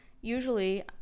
usually